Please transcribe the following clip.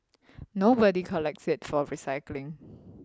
nobody collects it for recycling